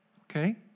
Okay